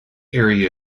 area